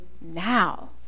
now